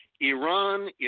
Iran